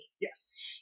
Yes